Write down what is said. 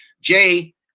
Jay